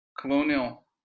colonial